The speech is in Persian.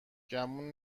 گمون